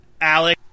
Alex